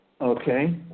Okay